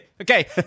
Okay